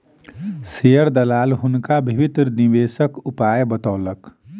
share दलाल हुनका विभिन्न निवेशक उपाय बतौलक